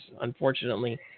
unfortunately